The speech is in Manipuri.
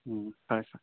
ꯎꯝ ꯐꯔꯦ ꯐꯔꯦ